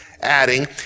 Adding